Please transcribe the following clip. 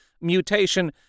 mutation